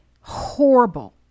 horrible